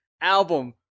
album